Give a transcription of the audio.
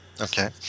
Okay